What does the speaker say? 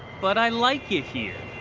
but i like it here.